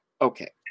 okay